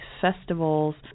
festivals